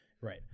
Right